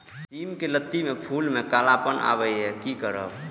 सिम के लत्ती में फुल में कालापन आवे इ कि करब?